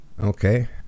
Okay